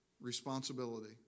responsibility